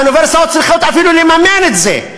האוניברסיטאות צריכות אפילו לממן את זה,